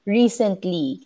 recently